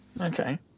okay